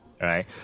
right